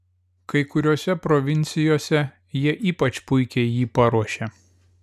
kai kuriose provincijose jie ypač puikiai jį paruošia